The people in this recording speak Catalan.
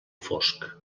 fosc